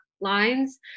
lines